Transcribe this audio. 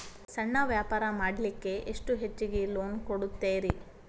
ಸಣ್ಣ ವ್ಯಾಪಾರ ಮಾಡ್ಲಿಕ್ಕೆ ಎಷ್ಟು ಹೆಚ್ಚಿಗಿ ಲೋನ್ ಕೊಡುತ್ತೇರಿ?